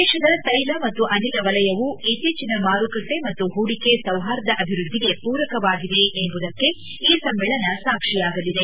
ದೇಶದ ತೈಲ ಮತ್ತು ಅನಿಲ ವಲಯವು ಇತ್ತೀಚಿನ ಮಾರುಕಟ್ಟೆ ಮತ್ತು ಹೂಡಿಕೆ ಸೌಹಾರ್ದ ಅಭಿವೃದ್ದಿಗೆ ಪೂರಕವಾಗಿದೆ ಎಂಬುದಕ್ಕೆ ಈ ಸಮ್ಮೇಳನ ಸಾಕ್ಷಿಯಾಗಲಿದೆ